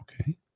Okay